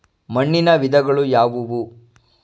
ಮಣ್ಣಿನ ವಿಧಗಳು ಯಾವುವು?